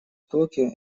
токио